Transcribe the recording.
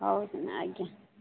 ହଉ ଆଜ୍ଞା